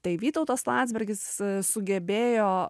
tai vytautas landsbergis sugebėjo